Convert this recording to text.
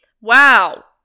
Wow